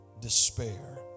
despair